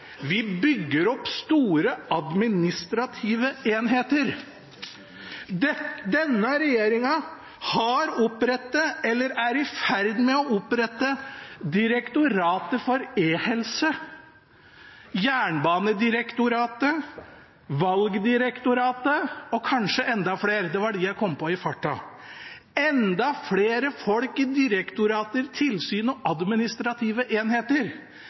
Vi bygger opp store, administrative enheter. Denne regjeringen har opprettet, eller er i ferd med å opprette, Direktoratet for e-helse, Jernbanedirektoratet, Valgdirektoratet og kanskje enda flere – det var dem jeg kom på i farten. Enda flere folk i direktorater, tilsyn og administrative enheter